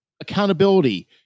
accountability